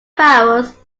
hours